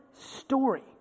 story